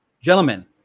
Gentlemen